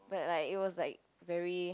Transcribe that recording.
but like it was like very